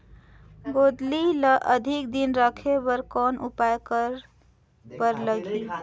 गोंदली ल अधिक दिन राखे बर कौन उपाय करे बर लगही?